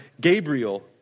Gabriel